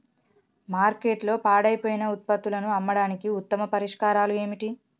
మార్కెట్లో పాడైపోయిన ఉత్పత్తులను అమ్మడానికి ఉత్తమ పరిష్కారాలు ఏమిటి?